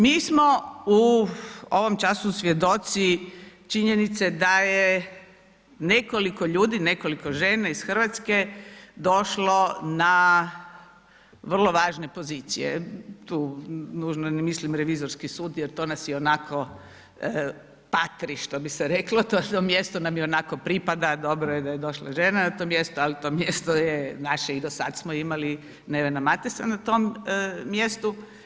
Mi smo u ovom času svjedoci činjenice da je nekoliko ljudi, nekoliko žena iz Hrvatske došlo na vrlo važne pozicije, tu nužno ne mislim Revizorski sud jer to nas i onako patri što bi se reklo, to mjesto nam i onako pripada, dobro je da je došla žena na to mjesto, ali to mjesto je naše i do sada smo imali Nevena Matesa na tom mjestu.